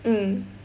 mm